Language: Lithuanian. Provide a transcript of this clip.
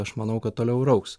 aš manau kad toliau ir augs